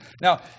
now